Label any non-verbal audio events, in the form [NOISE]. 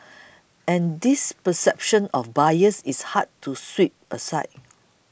[NOISE] and this perception of bias is hard to sweep aside